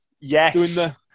yes